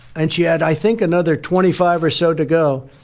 and she had, i think, another twenty five or so to go.